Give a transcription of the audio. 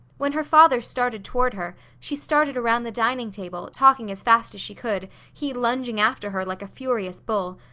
when her father started toward her, she started around the dining table, talking as fast as she could, he lunging after her like a furious bull.